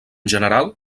general